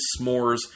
S'mores